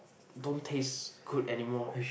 don't taste good anymore